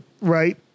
Right